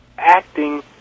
acting